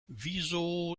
wieso